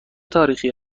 تاریخی